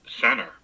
center